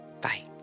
bye